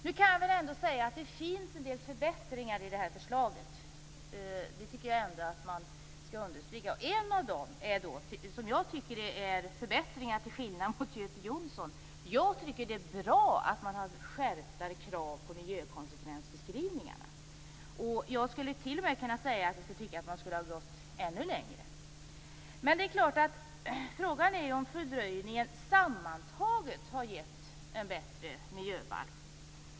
Nu kan vi se att det finns en del förbättringar i förslaget. Det tycker jag ändå man skall understryka. En sak som jag tycker är en förbättring, till skillnad mot Göte Jonsson, är skärpta krav på miljökonsekvensbeskrivningar. Jag skulle t.o.m. säga att jag tycker att man skulle ha kunnat gå ännu längre. Frågan är om fördröjningen sammantaget hade gett en bättre miljöbalk.